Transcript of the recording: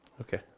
Okay